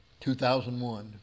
2001